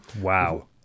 Wow